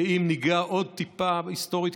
ואם ניגע עוד טיפה היסטורית,